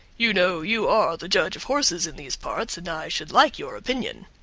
you know, you are the judge of horses in these parts, and i should like your opinion.